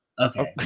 Okay